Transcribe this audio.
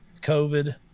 COVID